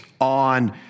on